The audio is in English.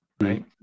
Right